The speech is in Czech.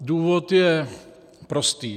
Důvod je prostý.